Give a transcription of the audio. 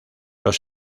los